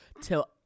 till